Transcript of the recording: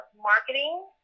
marketing